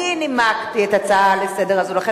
אני נימקתי את ההצעה הזאת לסדר-היום,